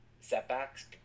setbacks